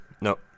No